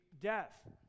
death